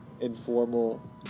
informal